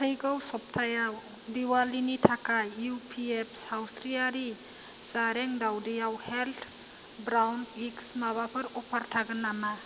फैगौ सबथायाव दिवालीनि थाखाय यु पि एफ सावस्रिआरि जारें दावदैआव हेल्डि ब्रावनिस माबाफोर अफार थागोन नामा